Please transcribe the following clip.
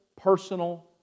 personal